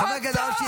חבר הכנסת